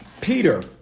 Peter